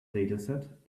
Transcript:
dataset